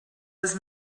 was